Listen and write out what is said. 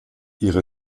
ihre